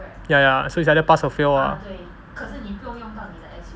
ya ya so it's either pass or fail lah